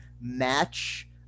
match